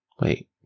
Wait